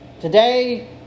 Today